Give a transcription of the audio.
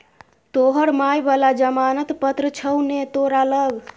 तोहर माय बला जमानत पत्र छौ ने तोरा लग